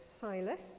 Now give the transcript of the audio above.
Silas